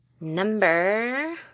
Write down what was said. Number